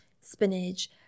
spinach